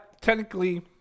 technically